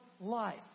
life